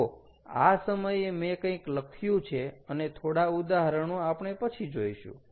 તો આ સમયે મેં કંઈક લખ્યું છે અને થોડા ઉદાહરણો આપણે પછી જોઈશું